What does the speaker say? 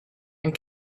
and